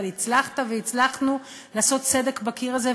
אבל הצלחת והצלחנו לעשות סדק בקיר הזה,